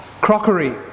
crockery